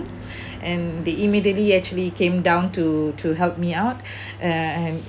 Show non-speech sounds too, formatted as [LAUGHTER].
and they immediately actually came down to to help me out [BREATH] uh and